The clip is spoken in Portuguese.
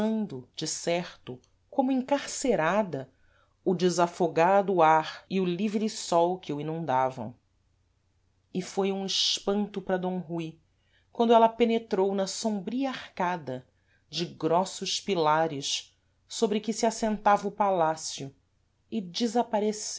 gozando de certo como encarcerada o desafogado ar e o livre sol que o inundavam e foi um espanto para d rui quando ela penetrou na sombria arcada de grossos pilares sôbre que assentava o palácio e desapareceu